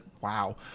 Wow